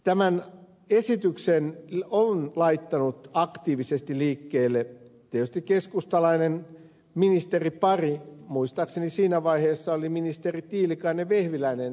tämän esityksen on laittanut aktiivisesti liikkeelle keskustalainen ministeripari muistaakseni siinä vaiheessa he olivat ministerit tiilikainen ja vehviläinen